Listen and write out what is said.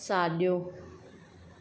साॼो